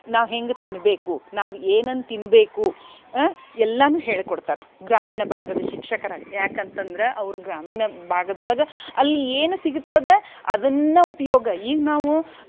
ನಾವು ಹೆಂಗೆ ತಿನ್ನಬೇಕು ನಾವು ಏನನ್ನು ತಿನ್ನಬೇಕು ಎಲ್ಲನೂ ಹೇಳಿಕೊಡ್ತಾರೆ ಗ್ರಾಮೀಣ ಭಾಗದ ಶಿಕ್ಷಕರಾಗಿ ಯಾಕಂತಂದ್ರೆ ಅವ್ರು ಗ್ರಾಮೀಣ ಭಾಗದೊಳಗೆ ಅಲ್ಲಿ ಏನು ಸಿಗ್ತದೆ ಅದನ್ನು ಉಪಯೋಗ ಈಗ ನಾವು